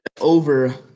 over